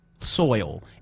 soil